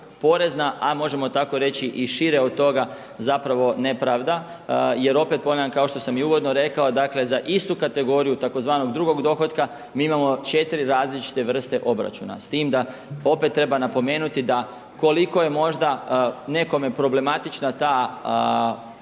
a možemo tako reći i šire od toga zapravo nepravda. Jer opet ponavljam kao što sam i uvodno rekao dakle za istu kategoriju tzv. drugog dohotka mi imamo četiri različite vrste obračuna s tim da opet treba napomenuti da koliko je možda nekome problematična ta mogućnost